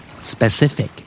Specific